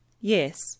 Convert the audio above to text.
Yes